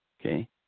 Okay